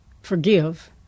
forgive